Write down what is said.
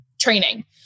training